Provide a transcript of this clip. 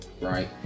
right